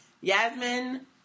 yasmin